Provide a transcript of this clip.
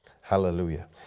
Hallelujah